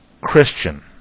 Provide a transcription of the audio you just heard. Christian